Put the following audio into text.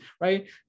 right